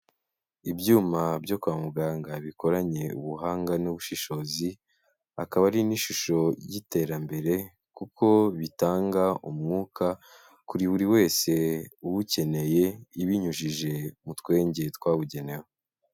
Ibyuma byo kwa muganga bikoranye ubuhanga n'ubushishozi, akaba ari n'ishusho y'iterambere kuko bitanga umwuka kuri buri wese uwukeneye ibinyujije mu twenge twabugenewe.